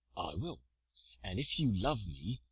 will and if you love me,